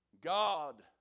God